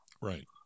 right